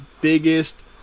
biggest